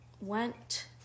went